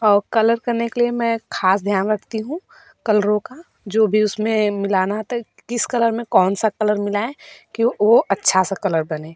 और कलर करने के लिए मैं खास ध्यान रखती हूँ कलरों का जो भी उसमें मिलाना होता है किस कलर में कौन सा कलर मिलाएं कि वो अच्छा सा कलर बने